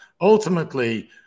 Ultimately